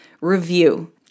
review